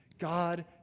God